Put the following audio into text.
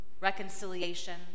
reconciliation